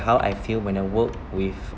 how I feel when I work with